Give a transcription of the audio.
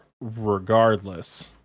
regardless